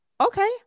Okay